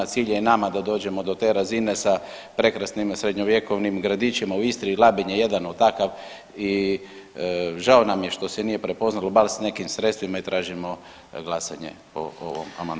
Cilj je i nama da dođemo do te razine sa prekrasnim srednjovjekovnim gradićima u Istri i Labin je jedan takav i žao nam je što se nije prepoznalo bar s nekim sredstvima i tražimo glasanje o ovom amandmanu.